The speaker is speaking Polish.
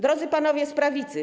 Drodzy Panowie z Prawicy!